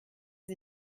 sie